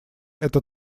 это